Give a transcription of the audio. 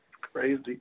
Crazy